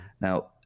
Now